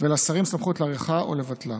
ולשרים תהיה סמכות להאריכה או לבטלה.